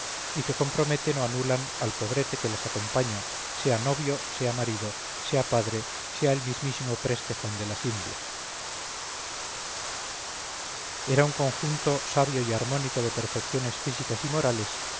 y que comprometen o anulan al pobrete que las acompaña sea novio sea marido sea padre sea el mismísimo preste juan de las indias era un conjunto sabio y armónico de perfecciones físicas y morales